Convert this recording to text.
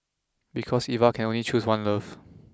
because Eva can only choose one love